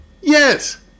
Yes